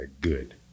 good